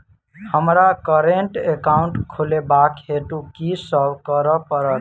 हमरा current account खोलेवाक हेतु की सब करऽ पड़त?